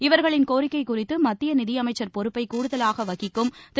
இவர்களின் கோரிக்கை குறித்து மத்திய நிதியமைச்சர் பொறுப்பை கூடுதலாக வகிக்கும் திரு